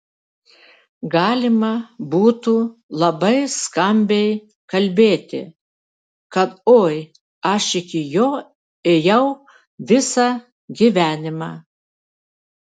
galima būtų labai skambiai kalbėti kad oi aš iki jo ėjau visą gyvenimą